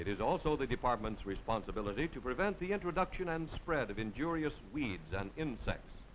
is also the department's responsibility to prevent the introduction and spread of injurious weeds and insects